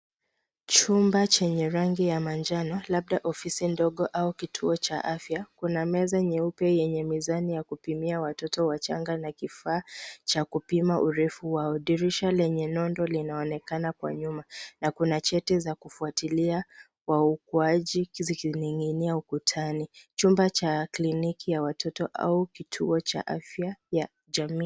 Chumba chenye rangi ya manjano labda ofisi ndogo au kituo cha afya. Kuna meza nyeupe yenye mizani ya kupimia watoto wachanga na kifaa cha kupima urefu wao. Dirisha lenye nondo linaonekana kwa nyuma na kuna cheti za kufuatilia kwa ukuaji zikining'inia ukutani. Chumba cha kliniki ya watoto au kituo cha afya cha jamii.